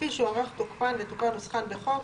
כפי שהוארך תוקפן ותוקן נוסחן בחוק,